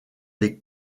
les